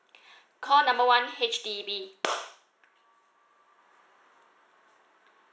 call number one H_D_B